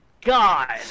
God